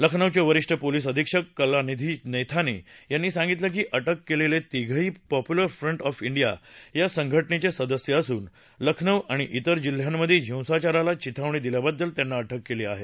लखनौचे वरिष्ठ पोलिस अधिक्षक कलानिधी नैथानी यांनी सांगितलं की अटक केलेले तिघंही पॉप्युलर फ्रंट ऑफ इंडिया या संघटनेचे सदस्य असून लखनौ आणि इतर जिल्ह्यांमध्ये हिंसाचाराला चिथावणी दिल्याबद्दल त्यांना अटक केली आहे